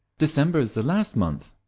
december is the last month.